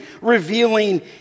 revealing